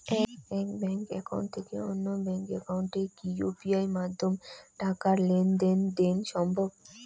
এক bank account থেকে অন্য ব্যাংক একাউন্টে কি ইউ.পি.আই মাধ্যমে টাকার লেনদেন দেন সম্ভব?